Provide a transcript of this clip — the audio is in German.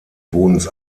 bodens